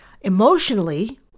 Emotionally